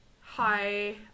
hi